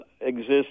exists